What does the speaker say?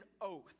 oath